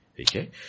Okay